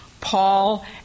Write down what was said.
Paul